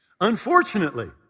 Unfortunately